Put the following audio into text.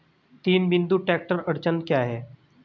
तीन बिंदु ट्रैक्टर अड़चन क्या है?